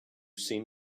seen